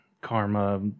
Karma